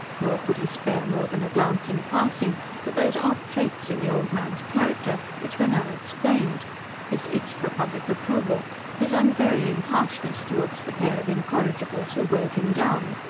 nor could he spare more than a glance in passing for those odd traits in the old man's character which were now explained his itch for public approval his unvarying harshness towards the pair of incorrigibles who weighed him down.